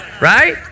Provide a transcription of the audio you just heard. Right